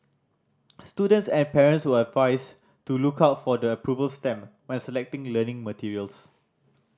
students and parents were advised to look out for the approval stamp when selecting learning materials